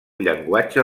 llenguatge